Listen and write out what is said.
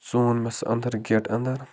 zone مےٚ سُہ اَنَٛدر گیٹہٕ اَنٛدَر